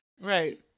Right